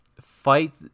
fight